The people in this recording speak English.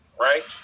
right